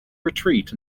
retreat